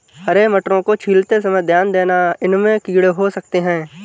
हरे मटरों को छीलते समय ध्यान देना, इनमें कीड़े हो सकते हैं